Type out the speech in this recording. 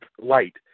light